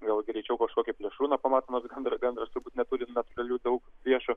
gal greičiau kažkokio plėšrūno pamatomas gandras turbūt neturim natūralių daug viešų